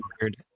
weird